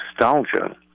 nostalgia